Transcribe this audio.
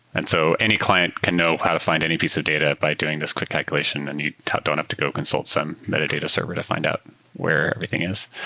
and so any client can know how to find any piece of data by doing this quick calculation and you don't have to go consult some metadata server to find out where everything is.